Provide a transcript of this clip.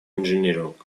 engineering